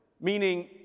meaning